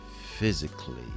physically